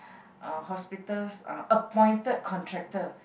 uh hospital's uh appointed contractor